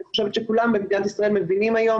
אני חושבת שכולם במדינת ישראל מבינים היום,